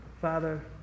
Father